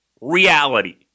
reality